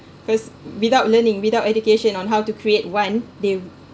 because without learning without education on how to create one they